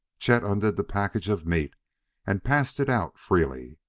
chet undid the package of meat and passed it out freely.